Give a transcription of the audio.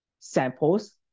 samples